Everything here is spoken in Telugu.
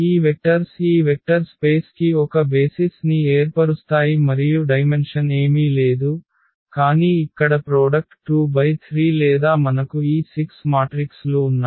ఈ వెక్టర్స్ ఈ వెక్టర్ స్పేస్ కి ఒక బేసిస్ ని ఏర్పరుస్తాయి మరియు డైమెన్షన్ ఏమీ లేదు కానీ ఇక్కడ ప్రోడక్ట్ 2 × 3 లేదా మనకు ఈ 6 మాట్రిక్స్ లు ఉన్నాయి